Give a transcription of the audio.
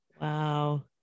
Wow